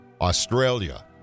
Australia